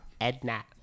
Edna